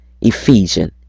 Ephesians